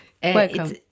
Welcome